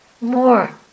more